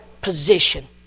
position